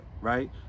right